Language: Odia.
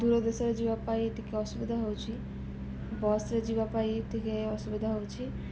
ଦୂର ଦେଶରେ ଯିବା ପାଇଁ ଟିକେ ଅସୁବିଧା ହଉଛି ବସ୍ରେ ଯିବା ପାଇଁ ଟିକେ ଅସୁବିଧା ହେଉଛି